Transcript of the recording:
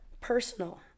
personal